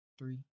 Three